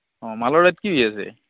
অ' মালৰ ৰে'ট কি হৈ আছে